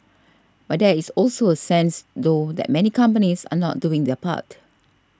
but there is also a sense though that many companies are not doing their part